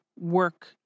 work